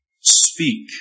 speak